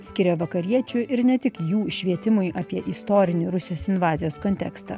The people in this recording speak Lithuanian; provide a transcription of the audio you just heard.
skiria vakariečių ir ne tik jų švietimui apie istorinį rusijos invazijos kontekstą